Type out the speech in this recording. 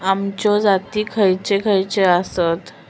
अम्याचे जाती खयचे खयचे आसत?